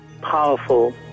powerful